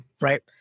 right